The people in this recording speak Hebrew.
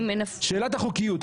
שאלת החוקיות,